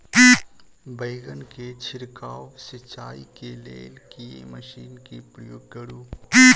बैंगन केँ छिड़काव सिचाई केँ लेल केँ मशीन केँ प्रयोग करू?